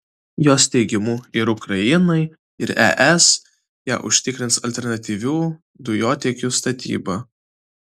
jos teigimu ir ukrainai ir es ją užtikrins alternatyvių dujotiekių statyba